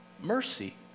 mercy